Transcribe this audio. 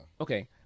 Okay